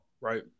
Right